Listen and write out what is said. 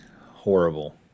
horrible